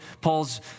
Paul's